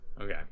Okay